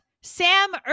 sam